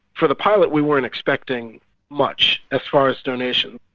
for the pilot we weren't expecting much as far as donation,